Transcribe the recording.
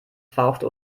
fauchte